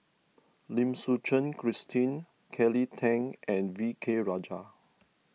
Lim Suchen Christine Kelly Tang and V K Rajah